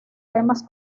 temas